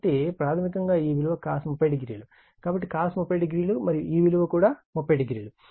కాబట్టి ప్రాథమికంగా ఈ విలువ cos 300 కాబట్టి cos 300 మరియు ఈ విలువ కూడా 30o